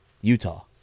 Utah